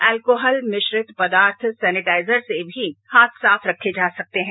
alcohol मिश्रित पदार्थ sanitizer से भी हाथ साफ रखे जा सकते हैं